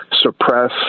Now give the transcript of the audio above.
suppress